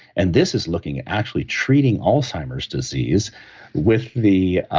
and this is looking at actually treating alzheimer's disease with the